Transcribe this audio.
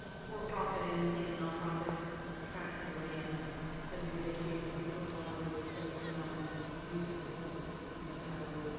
for profit and and nonprofit tracts of land have negotiated different water rates based on use of effluent. and so,